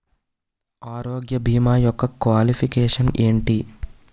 ఆరోగ్య భీమా యెక్క క్వాలిఫికేషన్ ఎంటి?